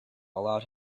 allowed